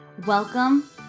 Welcome